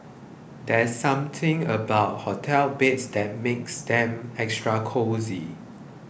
there's something about hotel beds that makes them extra cosy